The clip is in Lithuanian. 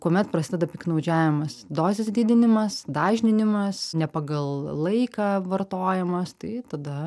kuomet prasideda piktnaudžiavimas dozės didinimas dažninimas ne pagal laiką vartojamas tai tada